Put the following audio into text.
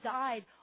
died